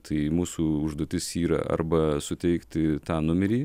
tai mūsų užduotis yra arba suteikti tą numerį